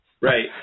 Right